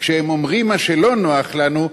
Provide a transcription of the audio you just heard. כשהם אומרים מה שלא נוח לנו,